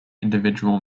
individual